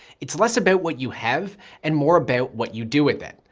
it's less about what you have and more about what you do with it.